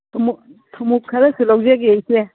ꯊꯨꯃꯣꯛ ꯊꯨꯃꯣꯛ ꯈꯔꯁꯨ ꯂꯧꯖꯒꯦ ꯏꯆꯦ